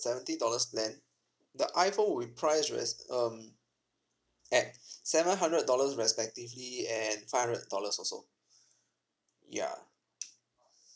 seventy dollars plan the iphone will price res~ um at seven hundred dollars respectively and five hundred dollars also yeah